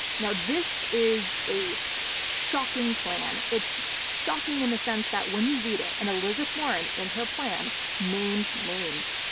now, this is a shocking plan. it's shocking in the sense that when you read it, and elizabeth warren in her plan names names,